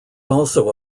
also